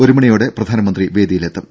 ഒരു മണിയോടെ പ്രധാനമന്ത്രി വേദിയിലെത്തും